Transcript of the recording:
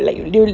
oh god